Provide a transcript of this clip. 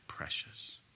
Precious